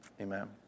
Amen